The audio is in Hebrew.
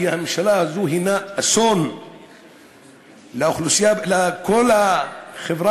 כי הממשלה הזאת היא אסון לכל החברה